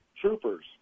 troopers